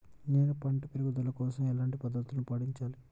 నేను పంట పెరుగుదల కోసం ఎలాంటి పద్దతులను పాటించాలి?